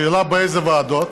השאלה היא באיזה ועדות.